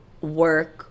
work